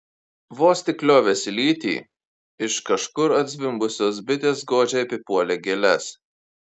vos tik liovėsi lytį iš kažkur atzvimbusios bitės godžiai apipuolė gėles